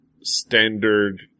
standard